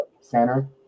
center